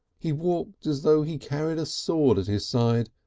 he walked as though he carried a sword at his side,